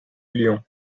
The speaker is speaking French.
lion